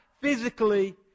physically